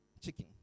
chicken